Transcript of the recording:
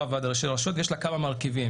וועד ראשי רשויות ויש לה כמה מרכיבים,